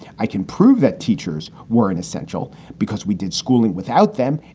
i can prove that teachers were an essential because we did schooling without them.